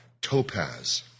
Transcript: topaz